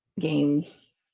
games